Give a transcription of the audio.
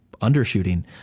undershooting